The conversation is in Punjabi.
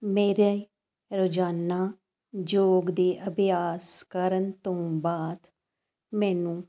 ਮੇਰੇ ਰੋਜ਼ਾਨਾ ਯੋਗ ਦੇ ਅਭਿਆਸ ਕਰਨ ਤੋਂ ਬਾਅਦ ਮੈਨੂੰ